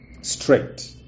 Straight